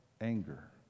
Anger